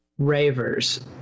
ravers